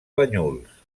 banyuls